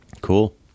Cool